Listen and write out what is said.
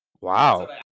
Wow